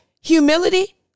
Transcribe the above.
humility